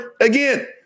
again